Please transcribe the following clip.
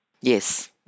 Yes